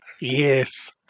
Yes